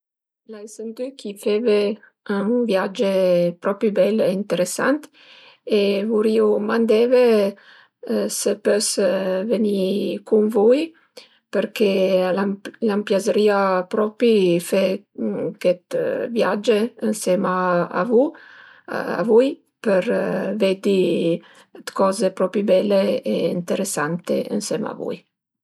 L'ai sentü ch'i feve ün viagi propi bel e ënteresant e vurìu mandeve se pös veni cun vui perché a m'piazerìa propi fe chet viage ënsema a vu a vui për veddi d'coze propi bele e ënteresante ënsema a vui